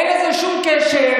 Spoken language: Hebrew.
אין לזה שום קשר.